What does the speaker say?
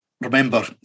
Remember